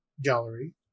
gallery